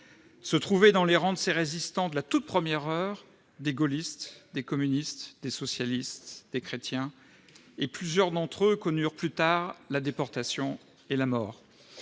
novembre 1940. Dans les rangs de ces résistants de la toute première heure se trouvaient des gaullistes, des communistes, des socialistes, des chrétiens. Plusieurs d'entre eux connurent peu après la déportation et la mort.